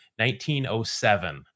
1907